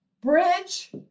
bridge